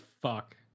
fuck